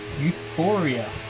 Euphoria